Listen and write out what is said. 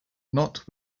not